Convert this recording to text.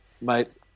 mate